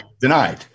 denied